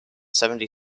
seventy